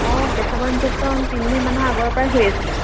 অঁ পেচাবৰ ইনফেকচ্যন তিনিদিনমানৰ আগৰ পৰাই হৈ আছিলে